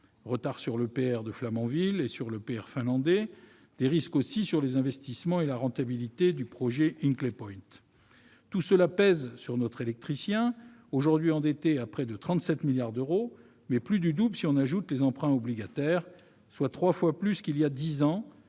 retards sur l'EPR de Flamanville et sur l'EPR finlandais, risques pesant sur les investissements et la rentabilité du projet d'Hinkley Point. Tout cela pèse sur notre électricien, aujourd'hui endetté à près de 37 milliards d'euros- ce montant dépasse même le double si l'on y ajoute les emprunts obligataires -, soit trois fois plus qu'il y a dix ans,